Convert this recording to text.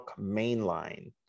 mainline